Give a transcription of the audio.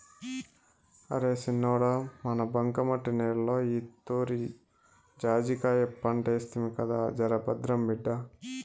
అరే సిన్నోడా మన బంకమట్టి నేలలో ఈతూరి జాజికాయ పంటేస్తిమి కదా జరభద్రం బిడ్డా